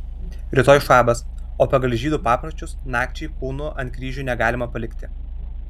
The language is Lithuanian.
rytoj šabas o pagal žydų papročius nakčiai kūnų ant kryžių negalima palikti